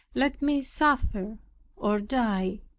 let me suffer or die.